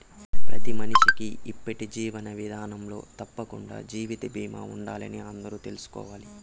ప్రతి మనిషికీ ఇప్పటి జీవన విదానంలో తప్పకండా జీవిత బీమా ఉండాలని అందరూ తెల్సుకోవాలి